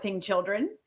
children